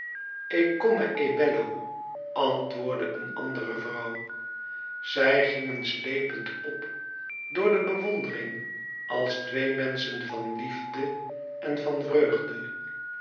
come e bello antwoordde een andere vrouw zij gingen sleepend op door de bewondering als twee menschen van liefde en van vreugde